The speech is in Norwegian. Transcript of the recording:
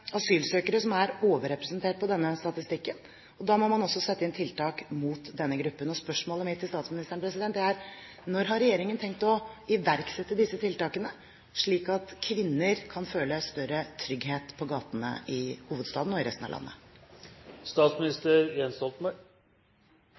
asylsøkere som er overrepresentert på denne statistikken. Da må man også sette inn tiltak mot denne gruppen. Mitt spørsmål er: Når har regjeringen tenkt å iverksette disse tiltakene, slik at kvinner kan føle større trygghet på gatene, i hovedstaden og i resten av